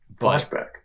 Flashback